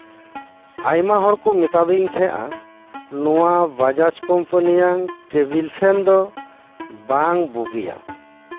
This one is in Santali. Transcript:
ᱟᱭᱢᱟ ᱦᱚᱲ ᱠᱚ ᱢᱮᱛᱟ ᱫᱤᱧ ᱛᱟᱦᱮᱸᱫᱼᱟ ᱱᱚᱶᱟ ᱵᱟᱡᱟᱡ ᱠᱳᱢᱯᱟᱱᱤᱭᱟᱝ ᱴᱮᱵᱤᱞ ᱯᱷᱮᱱ ᱫᱚ ᱵᱟᱝ ᱵᱩᱜᱤᱭᱟ